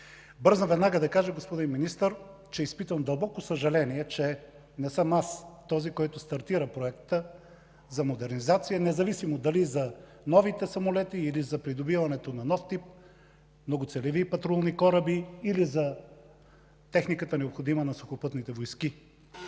бързам веднага да кажа, че изпитвам дълбоко съжаление, че не съм аз този, който стартира Проекта за модернизация – независимо дали за новите самолети, или за придобиването на нов тип многоцелеви патрулни кораби, или за техниката, необходима на сухопътните войски.